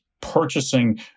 purchasing